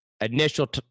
initial